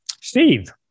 Steve